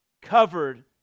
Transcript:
covered